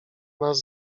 nas